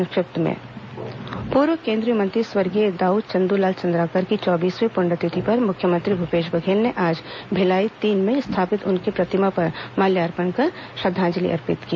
संक्षिप्त समाचार पूर्व केन्द्रीय मंत्री स्वर्गीय दाऊ चन्द्रलाल चन्द्राकर की चौबीसवीं पृण्यतिथि पर मुख्यमंत्री भूपेश बघेल ने आज भिलाई तीन में स्थापित उनकी प्रतिमा पर माल्यार्पण कर श्रद्धांजलि अर्पित की